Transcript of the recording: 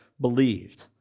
believed